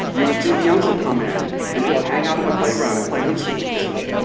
you would see the uncle come in and just hang out on the playground and play hoops with the kids.